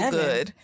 good